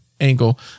angle